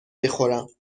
بخورم